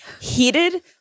heated